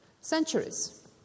centuries